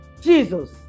Jesus